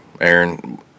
Aaron